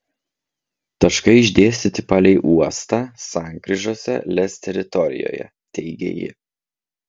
taškai išdėstyti palei uostą sankryžose lez teritorijoje teigė ji